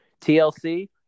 TLC